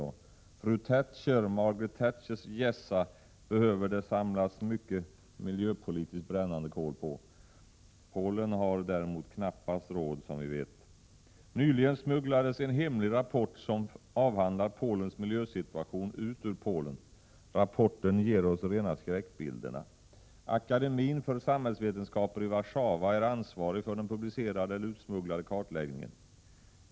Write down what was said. På fru Margaret Thatchers hjässa behöver det samlas mycket miljöpolitiskt brännande kol. Polen har däremot, som vi vet, knappast råd. Nyligen smugglades en hemlig rapport som avhandlar Polens miljösituation ut ur Polen. Rapporten ger oss rena skräckbilderna. Akademin för samhällsvetenskaper i Warszawa är ansvarig för den publicerade eller utsmugglade kartläggningen.